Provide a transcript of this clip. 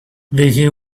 vicky